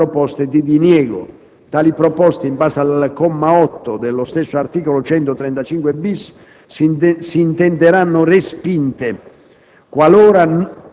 su ciascuna di tali proposte di diniego. Tali proposte, in base al comma 8 dello stesso articolo 135-*bis*, s'intenderanno respinte